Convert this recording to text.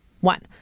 one